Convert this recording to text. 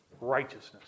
righteousness